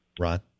Ron